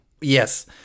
Yes